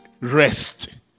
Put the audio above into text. rest